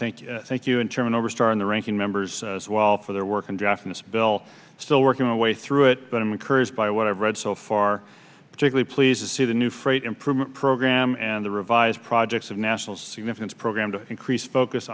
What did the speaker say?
thank you thank you and chairman over star in the ranking members as well for their work and jeff in this bill still working a way through it but i'm encouraged by what i've read so far particularly pleased to see the new freight improvement program and the revised projects of national significance program to increase focus